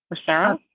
ah sarah.